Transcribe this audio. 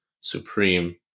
Supreme